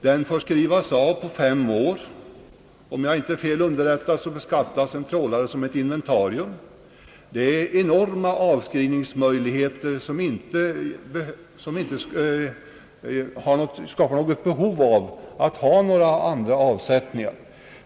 Den får skrivas av på fem ar. Om jag inte är fel underrättad, beskattas en trålare som ett inventarium. Det finns då möjligheter att göra stora avskrivningar, vilket innebär att man icke har något behov av att samtidigt kunna göra också andra avsättningar.